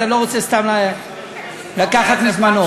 אז אני לא רוצה סתם לקחת מזמנו.